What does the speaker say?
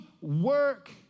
work